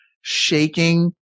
shaking